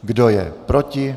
Kdo je proti?